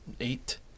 eight